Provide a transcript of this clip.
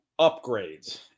upgrades